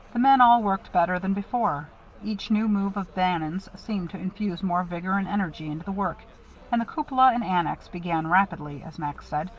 the men all worked better than before each new move of bannon's seemed to infuse more vigor and energy into the work and the cupola and annex began rapidly, as max said,